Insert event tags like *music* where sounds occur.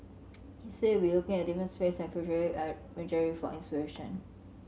he said he would be looking at different space and *unintelligible* for inspiration